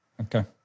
Okay